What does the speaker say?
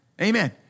Amen